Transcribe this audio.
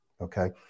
Okay